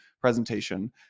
presentation